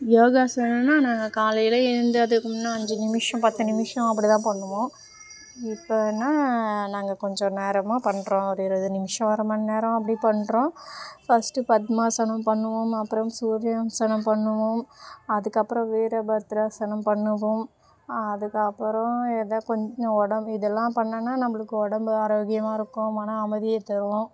யோகாசனம்னா நாங்கள் காலையில் எழுந்து அதுக்கு முன்னே அஞ்சு நிமிஷம் பத்து நிமிஷம் அப்படி தான் பண்ணுவோம் இப்போன்னா நாங்கள் கொஞ்சம் நேரமாக பண்ணுறோம் அது இருபது நிமிஷம் அரை மணிநேரம் அப்படி பண்ணுறோம் ஃபஸ்ட்டு பத்மாசனம் பண்ணுவோம் அப்புறம் சூரியம்சனம் பண்ணுவோம் அதுக்கப்புறம் வீரபத்ராசனம் பண்ணுவோம் அதுக்கப்புறம் ஏதா கொஞ்ச உடம்பு இதெல்லாம் பண்ணிணோன்னா நம்பளுக்கு உடம்பு ஆரோக்கியமாக இருக்கும் மன அமைதியை தரும்